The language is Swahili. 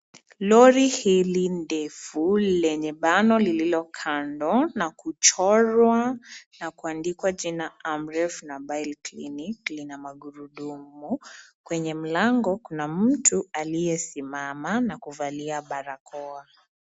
Lori hili ndefu lenye bano lililo kando na kuchorwa na kuandikwa jina, amref mobile clinic, lina magurudumu. Kwenye mlango kuna mtu aliyesimama na kuvalia barakoa.